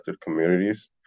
communities